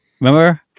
Remember